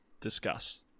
Discuss